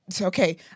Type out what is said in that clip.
okay